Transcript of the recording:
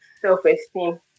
self-esteem